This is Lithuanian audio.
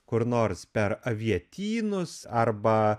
kur nors per avietynus arba